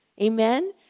Amen